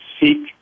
seek